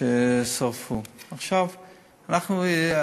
שרפו עוד בית-כנסת.